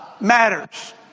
matters